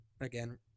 Again